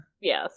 Yes